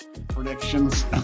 predictions